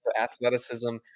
athleticism